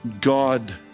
God